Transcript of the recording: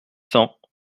cents